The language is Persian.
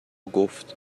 گفت